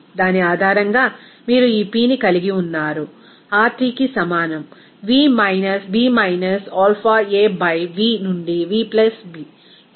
దాని ఆధారంగా మీరు ఈ Pని కలిగి ఉన్నారు RTకి సమానం v minus B minus alpha a by v నుండి v బి